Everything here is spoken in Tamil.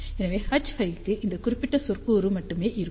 எனவே எச் φ க்கு இந்த குறிப்பிட்ட சொற்கூறு மட்டுமே இருக்கும்